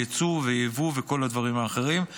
יצוא ויבוא וכל הדברים האחרים,